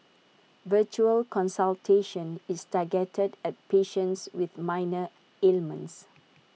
virtual consultation is targeted at patients with minor ailments